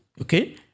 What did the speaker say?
Okay